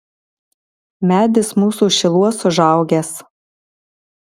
medis mūsų šiluos užaugęs